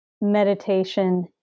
meditation